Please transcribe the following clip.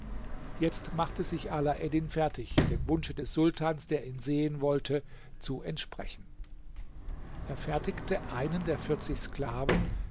jetzt machte sich alaeddin fertig dem wunsche des sultans der ihn sehen wollte zu entsprechen er fertigte einen der vierzig sklaven